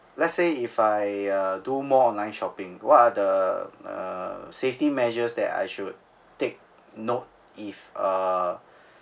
let's say if I uh do more online shopping what are the uh safety measures that I should take you know if uh